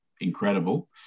incredible